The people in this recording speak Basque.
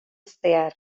zehar